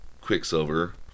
Quicksilver